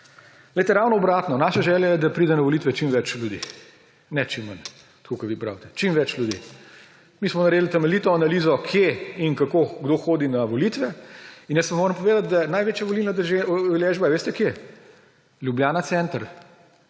Ravno obratno. Naša želja je, da pride na volitve čim več ljudi, ne čim manj, tako kot vi pravite, čim več ljudi. Mi smo naredili temeljito analizo, kje in kako kdo hodi na volitve, in jaz vam moram povedati, da največja volilna udeležba je v Ljubljana Center.